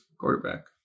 quarterback